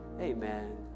amen